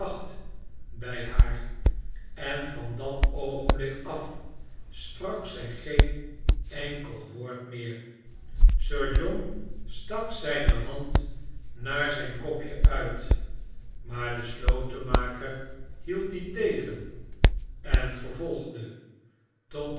bij haar en van dat oogenblik af sprak zij geen enkel woord meer sir john stak zijne hand naar zijn kopje uit maar de slotenmaker hield die tegen en vervolgde